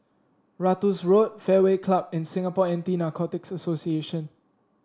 Ratus Road Fairway Club and Singapore Anti Narcotics Association